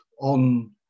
on